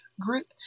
group